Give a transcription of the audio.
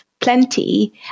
plenty